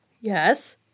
Yes